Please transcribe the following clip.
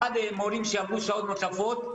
עד מורים שיעבדו שעות נוספות.